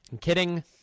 kidding